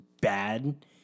bad